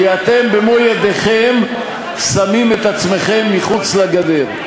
כי אתם במו-ידיכם שמים את עצמכם מחוץ לגדר,